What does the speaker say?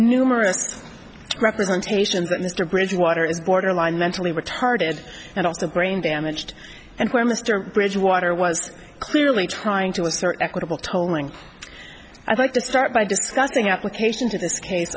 numerous representations that mr bridgewater is borderline mentally retarded and also brain damaged and where mr bridgewater was clearly trying to assert equitable tolling i'd like to start by discussing application to this case